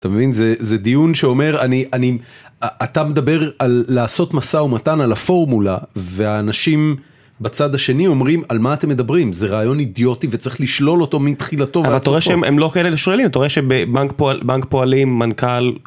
אתה מבין זה זה דיון שאומר אני אני אתה מדבר על לעשות מסע ומתן על הפורמולה ואנשים בצד השני אומרים על מה אתם מדברים זה רעיון אידיוטי וצריך לשלול אותו מתחילתו, אתה רואה שהם הם לא כאלה שוללים אתה רואה שבנק פועלים מנכ"ל.